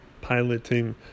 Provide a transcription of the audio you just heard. piloting